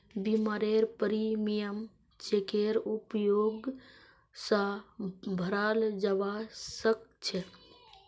बीमारेर प्रीमियम चेकेर उपयोग स भराल जबा सक छे